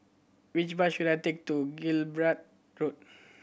which bus should I take to Gibraltar Road